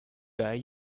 die